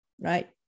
right